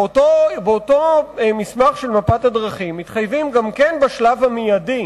באותו מסמך של מפת הדרכים מתחייבים גם כן בשלב המיידי